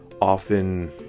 often